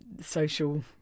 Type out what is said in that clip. social